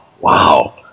Wow